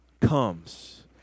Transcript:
comes